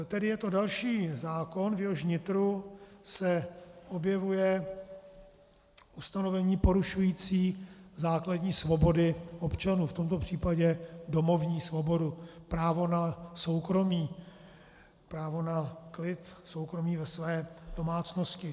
Tedy je to další zákon, v jehož nitru se objevuje ustanovení porušující základní svobody občanů, v tomto případě domovní svobodu, právo na soukromí, právo na klid, soukromí ve své domácnosti.